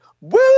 woo